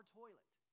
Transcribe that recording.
toilet